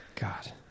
God